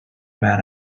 man